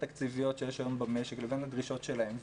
התקציביות שיש היום במשק לבין הדרישות שלהם,